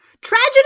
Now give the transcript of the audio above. Tragedy